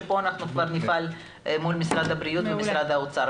שפה אנחנו כבר נפעל מול משרד הבריאות ומשרד האוצר.